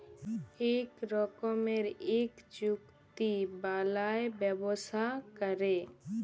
ইক রকমের ইক চুক্তি বালায় ব্যবসা ক্যরে